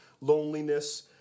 loneliness